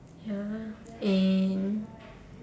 ya lah eh